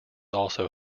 also